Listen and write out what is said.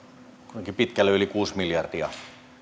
kuitenkin pitkälle yli kuusi miljardia